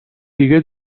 دیگه